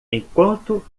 enquanto